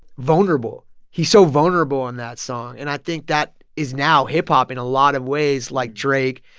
vulnerable. he's so vulnerable in that song. and i think that is now hip-hop in a lot of ways like drake,